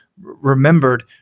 remembered